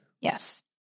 yes